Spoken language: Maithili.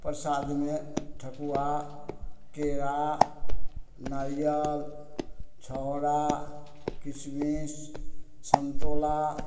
प्रसादमे ठकुआ केरा नारियल छहोरा किशमिश सम्तोला